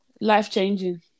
Life-changing